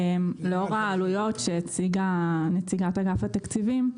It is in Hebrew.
לאור העלויות שהציגה נציגת אגף התקציבים,